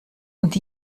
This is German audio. und